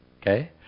okay